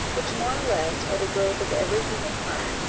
which, more or less, are the growth of every human heart,